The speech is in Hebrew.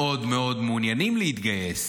מאוד מאוד מעוניינים להתגייס.